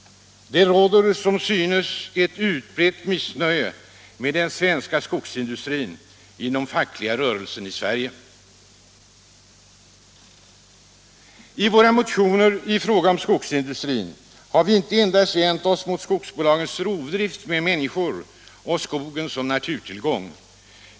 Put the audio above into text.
Det råder som synes ett utbrett missnöje med den svenska skogsindustrin inom den fackliga rörelsen i Sverige. I våra motioner i fråga om skogsindustrin har vi inte endast vänt oss mot skogsbolagens rovdrift med människor och med skogen som naturtillgång.